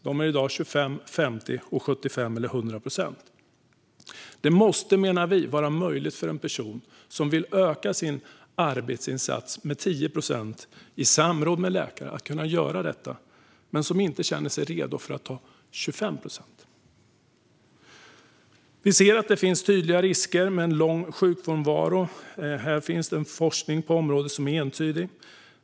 De är i dag 25, 50, 75 eller 100 procent. Vi menar att det måste vara möjligt för en person som i samråd med läkare vill öka sin arbetsinsats med 10 procent, men som inte känner sig redo för 25 procent, att göra det. Vi ser att det finns tydliga risker med en lång sjukfrånvaro. Det finns en entydig forskning på detta område.